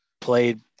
played